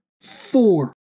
Four